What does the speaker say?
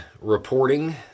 reporting